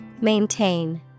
Maintain